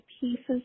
pieces